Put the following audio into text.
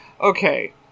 Okay